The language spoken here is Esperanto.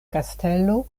kastelo